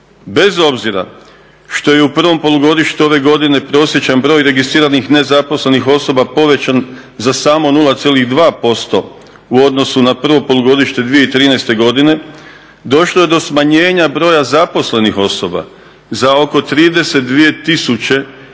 Bez obzira što je u prvom polugodištu ove godine prosječan broj registriranih nezaposlenih osoba povećan za samo 0,2% u odnosu na prvo polugodište 2013. godine došlo je do smanjenja broja zaposlenih osoba za oko 32 tisuće